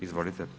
Izvolite.